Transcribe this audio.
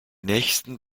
nächsten